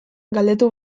galdetu